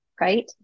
right